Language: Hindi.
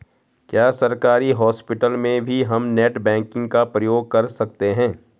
क्या सरकारी हॉस्पिटल में भी हम नेट बैंकिंग का प्रयोग कर सकते हैं?